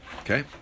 Okay